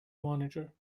monitor